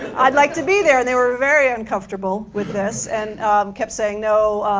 i'd like to be there. they were very uncomfortable with this and kept saying, no,